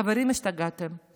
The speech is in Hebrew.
חברים, השתגעתם.